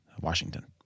Washington